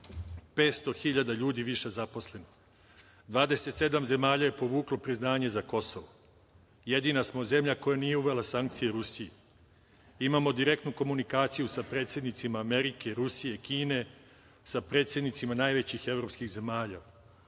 500.000 ljudi više zaposlenih, 27 zemalja je povuklo priznanje za Kosovo, jedina smo zemlja koja nije uvela sankcije Rusiji. Imamo direktnu komunikaciju sa predsednicima Amerike, Rusije, Kine, sa predsednicima najvećih evropskih zemalja.